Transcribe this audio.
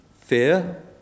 Fear